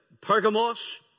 Pergamos